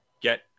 get